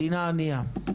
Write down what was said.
מדינה ענייה.